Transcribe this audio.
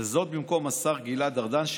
וזאת במקום השר גלעד ארדן,